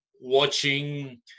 watching